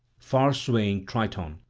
farswaying triton,